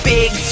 Big